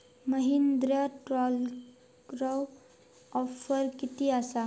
महिंद्रा ट्रॅकटरवर ऑफर किती आसा?